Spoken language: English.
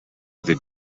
other